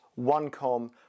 OneCom